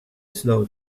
slow